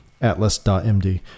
atlas.md